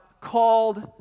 called